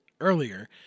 earlier